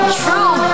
true